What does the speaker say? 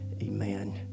Amen